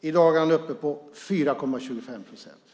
i dag är den uppe på 4,25 procent.